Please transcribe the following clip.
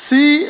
See